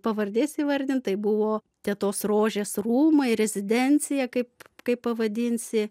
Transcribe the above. pavardės įvardint tai buvo tetos rožės rūmai rezidencija kaip kaip pavadinsi